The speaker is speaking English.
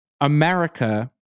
America